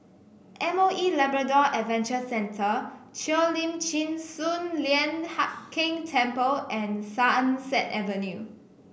M O E Labrador Adventure Centre Cheo Lim Chin Sun Lian Hup Keng Temple and Sunset Avenue